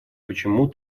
почему